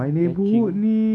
catching